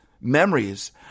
memories